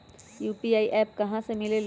UPI app कहा से मिलेलु?